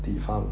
地方